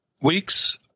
weeks